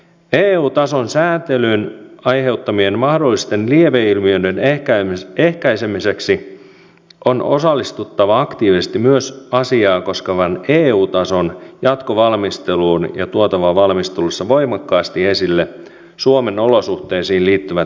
eu tason sääntelyn aiheuttamien mahdollisten lieve ilmiöiden ehkäisemiseksi on osallistuttava aktiivisesti myös asiaa koskevan eu tason jatkovalmisteluun ja tuotava valmistelussa voimakkaasti esille suomen olosuhteisiin liittyvät erityispiirteet